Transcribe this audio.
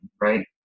Right